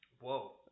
whoa